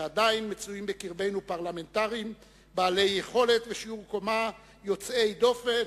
שעדיין מצויים בקרבנו פרלמנטרים בעלי יכולת ושיעור קומה יוצאי דופן,